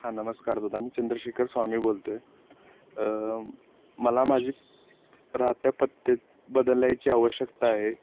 हां नमस्कार दादा मी चंद्रशेकर स्वामी बोलतो आहे मला माझी राहत्या पत्त्यात बदलायची आवश्यकता आहे